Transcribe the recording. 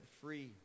free